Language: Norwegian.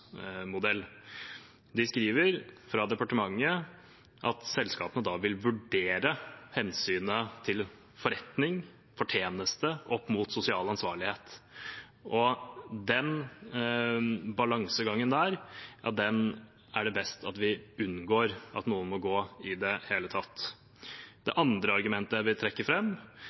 skriver at selskapene da vil vurdere hensynet til forretning, fortjeneste, opp mot sosial ansvarlighet, og den balansegangen er det best at vi unngår at noen må gå i det hele tatt. Det andre argumentet jeg vil trekke